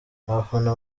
abafana